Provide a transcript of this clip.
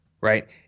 right